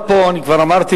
ובכן, בעד,